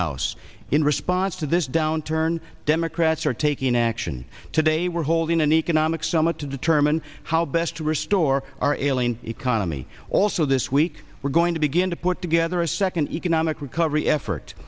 house in response to this downturn democrats are taking action today we're holding an economic summit to determine how best to restore our ailing economy also this week we're going to begin to put together a second economic recovery effort